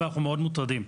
אבל אנחנו מאוד מוטרדים.